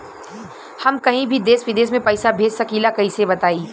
हम कहीं भी देश विदेश में पैसा भेज सकीला कईसे बताई?